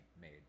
made